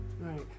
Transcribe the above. Right